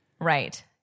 Right